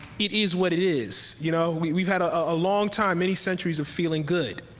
it is what it is. you know we've had a long time, many centuries, of feeling good.